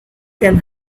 can